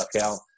out